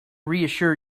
reassure